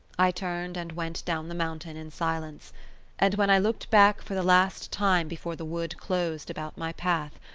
i turned and went down the mountain in silence and when i looked back for the last time before the wood closed about my path,